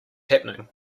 happening